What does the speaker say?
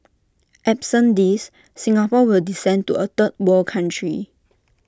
absent these Singapore will descend to A third world country